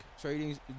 trading